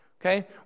Okay